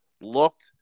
looked –